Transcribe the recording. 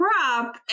crop